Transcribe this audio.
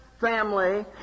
family